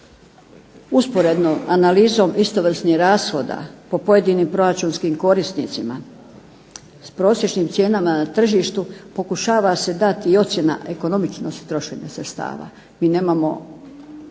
Usporednom analizom istovrsnih rashoda po pojedinim proračunskim korisnicima s prosječnim cijenama na tržištu pokušava se dati i ocjena ekonomičnosti trošenja sredstava. Mi nemamo